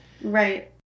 Right